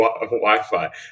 Wi-Fi